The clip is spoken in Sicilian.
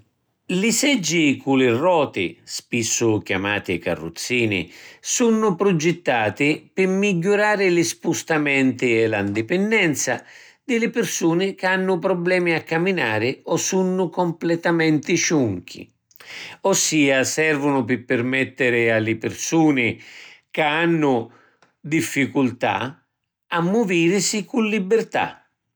Li seggi cu li roti, spissu chiamati carruzzini, sunnu prugittati pi migghiurari li spustamenti e la ndipinnenza di li pirsuni ca hannu problemi a caminari o sunnu completamenti ciunchi. Ossia servunu pi pirmittiri a li pirsuni ca hannu difficultà a muvirisi cu libirtà.